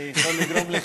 זה יכול לגרום לחנק,